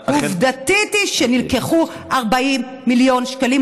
עובדתית, נלקחו 40 מיליון שקלים.